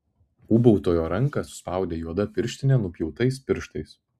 ūbautojo ranką suspaudė juoda pirštinė nupjautais pirštais